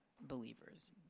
believers